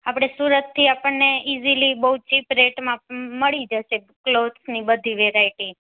આપળે સુરતથી આપણને ઈઝીલી બઉ ચીપ રેટમાં મળી જશે ક્લોથ્સની બધી વેરાયટી